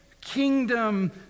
kingdom